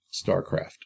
StarCraft